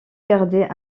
garder